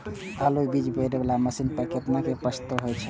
आलु बीज बोये वाला मशीन पर केतना के प्रस्ताव हय?